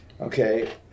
Okay